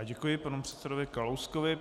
Děkuji panu předsedovi Kalouskovi.